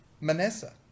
Manessa